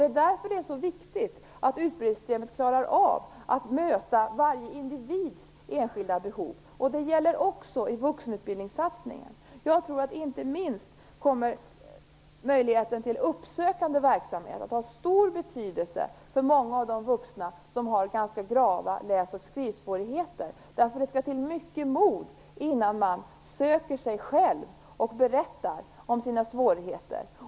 Det är därför som det är så viktigt att utbildningssystemet klarar av att möta varje individs enskilda behov. Detta gäller också i vuxenutbildningssatsningen. Jag tror att inte minst möjligheten till uppsökande verksamhet kommer att ha stor betydelse för många av de vuxna som har ganska grava läs och skrivsvårigheter, därför att det skall till mycket mod innan man söker hjälp och berättar om sina svårigheter.